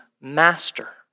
master